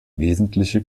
wesentliche